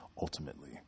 Ultimately